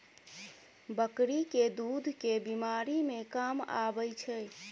बकरी केँ दुध केँ बीमारी मे काम आबै छै?